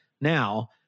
now